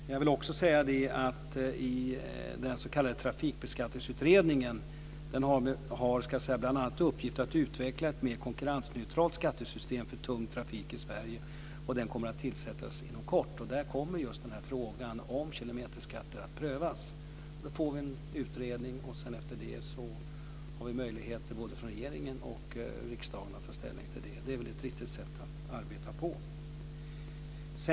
Men jag vill också säga att den s.k. Trafikbeskattningsutredningen bl.a. har till uppgift att utveckla ett mer konkurrensneutralt skattesystem för tung trafik i Sverige. Den kommer att tillsättas inom kort. Där kommer just frågan om kilometerskatt att prövas. Då får vi en utredning och efter det har både regeringen och riksdagen möjligheter att ta ställning till detta. Det är väl ett riktigt sätt att arbeta på.